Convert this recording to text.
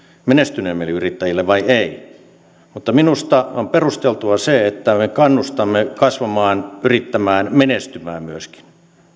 menestyneemmille yrittäjille vai ei mutta minusta on perusteltua se että me kannustamme kasvamaan yrittämään menestymään myöskin